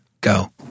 go